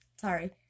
Sorry